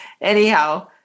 Anyhow